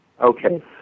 Okay